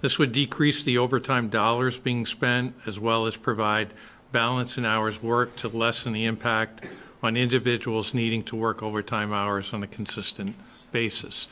this would decrease the overtime dollars being spent as well as provide balance in hours worked to lessen the impact on individuals needing to work overtime hours on a consistent basis